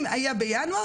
אם זה היה בינואר,